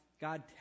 God